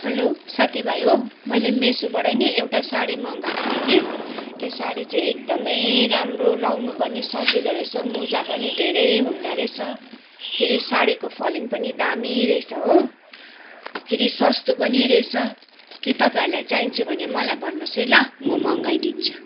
हलो साथीभाइ हो मैले मेसोबाट नि एउटा साडी मँगाएको थिएँ कि त्यो साडी चाहिँ एकदमै राम्रो लाउनु पनि सजिलो रहेछ मुजा पनि धेरै हुँदो रहेछ फेरि साडीको फलिङ पनि दामी रहेछ हो फेरि सस्तो पनि रहेछ के तपाईँहरूलाई चाहिन्छ भने मलाई भन्नुहोस् है ल म मँगाइदिन्छु